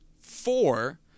four